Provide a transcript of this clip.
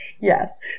Yes